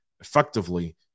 effectively